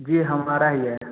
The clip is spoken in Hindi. जी हमारा ही है